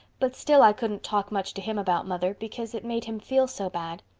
but still i couldn't talk much to him about mother, because it made him feel so bad.